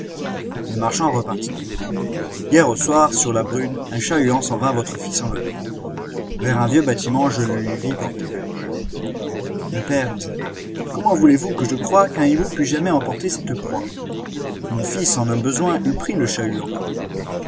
le marchand repartit hier au soir sur la brune un chat-huant s'en vint votre fils enlever vers un vieux bâtiment je le lui vis porter le père dit comment voulez-vous que je croie qu'un hibou pût jamais emporter cette proie mon fils en un besoin eût pris le chat-huant